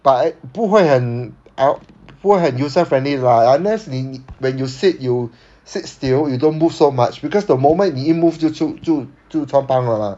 but 不会很 el~ 不会很 user friendly 的 mah unless 你 when you sit you sit still you don't move so much because the moment 你一 move 就出就就穿帮了 lah